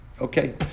Okay